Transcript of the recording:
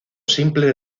simple